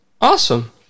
Awesome